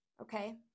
Okay